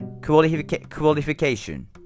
qualification